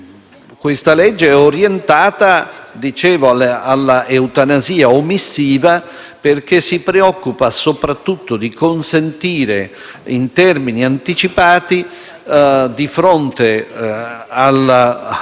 Questa legge è orientata - come dicevo - all'eutanasia omissiva, perché si preoccupa soprattutto di consentire in termini anticipati, di fronte al